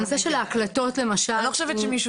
הנושא של ההקלטות למשל --- אני לא חושב שמישהו